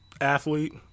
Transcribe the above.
athlete